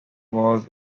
was